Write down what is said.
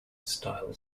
style